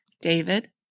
David